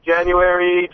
January